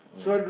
yeah